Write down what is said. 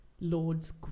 Lord's